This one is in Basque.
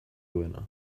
duena